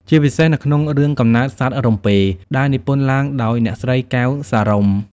ជាពិសេសនៅក្នុងរឿង កំណើតសត្វរំពេ ដែលនិពន្ធឡើងដោយអ្នកស្រី កែវ សារុំ។